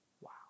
Wow